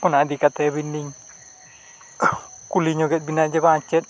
ᱚᱱᱟ ᱤᱫᱤ ᱠᱟᱛᱮᱫ ᱟᱹᱵᱤᱱ ᱞᱤᱧ ᱠᱩᱞᱤ ᱧᱚᱜᱮᱫ ᱵᱮᱱᱟ ᱡᱮ ᱵᱟᱝ ᱪᱮᱫ